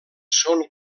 són